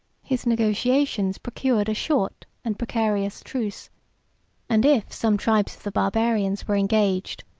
his negotiations procured a short and precarious truce and if some tribes of the barbarians were engaged,